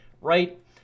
Right